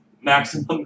Maximum